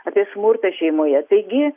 apie smurtą šeimoje taigi